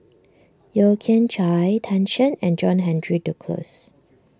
Yeo Kian Chye Tan Shen and John Henry Duclos